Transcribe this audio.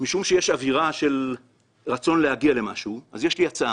משום שיש אווירה של רצון להגיע למשהו אז יש לי הצעה: